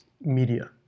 media